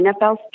NFL